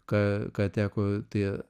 ką ką teko tie